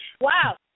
Wow